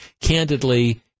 candidly